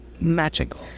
magical